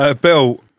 bill